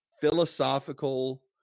Philosophical